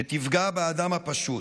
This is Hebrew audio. שתפגע באדם הפשוט,